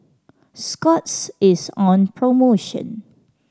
scott's is on promotion